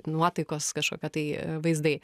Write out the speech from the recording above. nuotaikos kažkokia tai e vaizdai